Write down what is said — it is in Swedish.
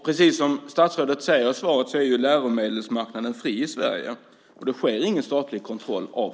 Precis som statsrådet säger är läromedelsmarknaden fri i Sverige. Vi har ingen statlig kontroll.